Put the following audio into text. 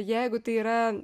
jeigu tai yra